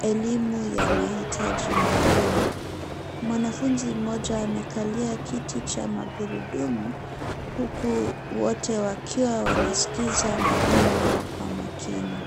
elimu ya mahitaji maalumu. Mwanafunzi mmoja amekalia kiti cha magurudumu, huku wote wakiwa wanasikiza mwalimu wao kwa makini.